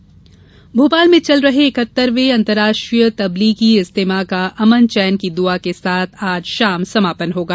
इज्तिमा भोपाल में चल रहे इकहत्तरवें अंतर्राष्ट्रीय तब्लीगी इज्तिमे का अमन चैन की दुआ के साथ आज शाम समापन होगा